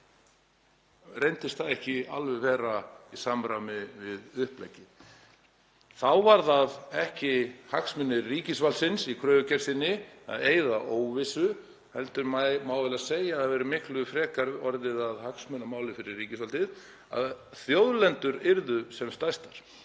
laga reyndist það ekki alveg vera í samræmi við uppleggið. Þá voru það ekki hagsmunir ríkisvaldsins í kröfugerð sinni að eyða óvissu heldur má eiginlega segja að það hafi miklu frekar orðið að hagsmunamáli fyrir ríkisvaldið að þjóðlendur yrðu sem stærstar